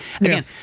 Again